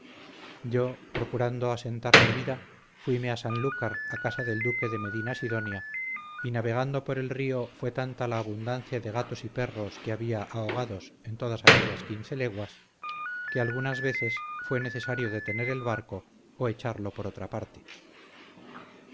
yo procurando asentar mi vida fuime a sanlúcar a casa del duque de medina sidonia y navegando por el río fue tanta la abundancia de gatos y perros que había ahogados en todas aquellas quince leguas que algunas veces fue necesario detener el barco o echarlo por otra parte